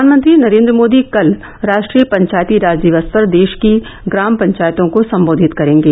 प्रधानमंत्री नरेन्द्र मोदी कल राष्ट्रीय पंचायती राज दिवस पर देश की ग्राम पंचायतों को संबोधित करेंगे